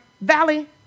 Valley